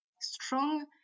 strong